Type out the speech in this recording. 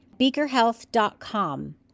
BeakerHealth.com